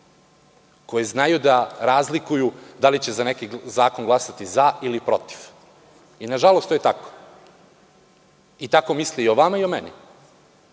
koji znaju da razlikuju da li će za neki zakon glasati „za“ ili „protiv“. Nažalost, to je tako i tako misle i o vama i o meni.